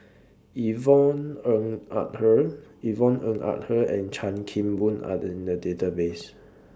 Yvonne Ng Uhde Yvonne Ng Uhde and Chan Kim Boon Are in The Database